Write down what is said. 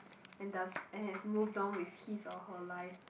and does and has moved on with his or her life